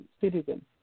citizen